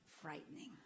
frightening